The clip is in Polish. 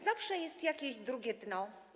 Zawsze jest jakieś drugie dno.